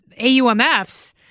AUMFs